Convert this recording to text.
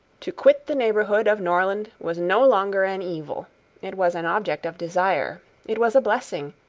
to quit the neighbourhood of norland was no longer an evil it was an object of desire it was a blessing,